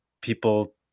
people